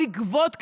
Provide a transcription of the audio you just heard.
הוא לגבות כסף,